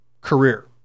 career